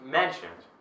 mentioned